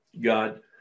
God